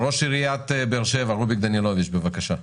ראש עיריית באר שבע, רוביק דנילוביץ, בבקשה.